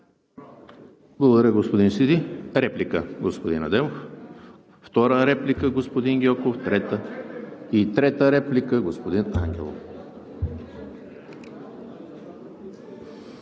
Благодаря, господин Сиди. Реплика – господин Адемов. Втора реплика – господин Гьоков, и трета реплика – господин Ангелов.